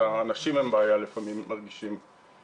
האנשים לפעמים מרגישים שהם הבעיה.